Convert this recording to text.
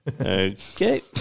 Okay